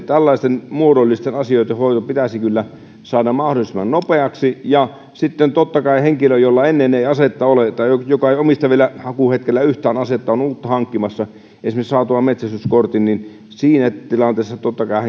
tällaisten muodollisten asioitten hoito pitäisi kyllä saada mahdollisimman nopeaksi sitten totta kai henkilö jolla ei ennen asetta ole tai joka ei omista vielä hakuhetkellä yhtään asetta mutta on uutta hankkimassa esimerkiksi saatuaan metsästyskortin siinä tilanteessa